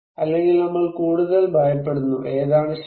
അല്ലെങ്കിൽ നമ്മൾ കൂടുതൽ ഭയപ്പെടുന്നു ഏതാണ് ശരി